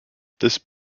this